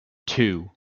two